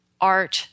art